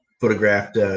photographed